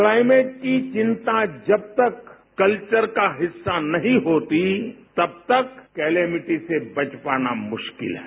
climate की चिंता जबतक कल्चर का हिस्सा नहीं होती तब तक क्लेमिटी से बच पाना मुश्किल है